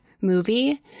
movie